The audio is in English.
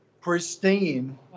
pristine